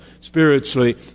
Spiritually